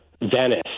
venice